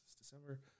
December